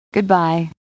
Goodbye